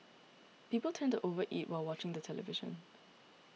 people tend to over eat while watching the television